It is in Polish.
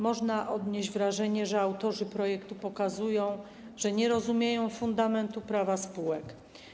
Można odnieść wrażenie, że autorzy projektu pokazują, że nie rozumieją fundamentu prawa spółek.